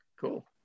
cool